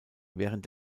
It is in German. während